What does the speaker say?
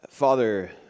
Father